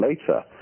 later